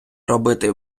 робити